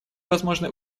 возможны